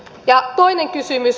ja toinen kysymys